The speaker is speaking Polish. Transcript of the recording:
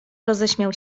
roześmiał